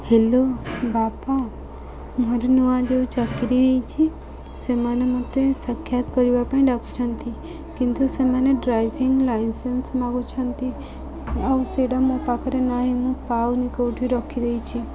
hello ବାପା ମୋର ନୂଆ ଯେଉଁ ଚାକିରି ହୋଇଛି ସେମାନେ ମୋତେ ସାକ୍ଷାତ କରିବା ପାଇଁ ଡାକୁଛନ୍ତି କିନ୍ତୁ ସେମାନେ ଡ୍ରାଇଭିଂ ଲାଇସେନ୍ସ ମାଗୁଛନ୍ତି ଆଉ ସେଇଟା ମୋ ପାଖରେ ନାହିଁ ମୁଁ ପାଉନି କେଉଁଠି ରଖିଦେଇଛିି